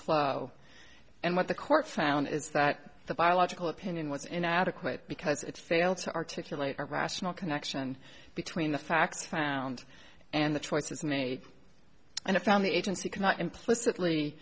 flow and what the court found is that the biological opinion was inadequate because it failed to articulate a rational connection between the facts found and the choices made and found the agency cannot implicitly